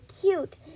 cute